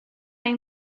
ein